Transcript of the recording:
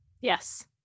Yes